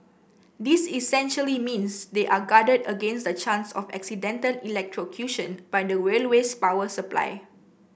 this essentially means they are guarded against the chance of accidental electrocution by the railway's power supply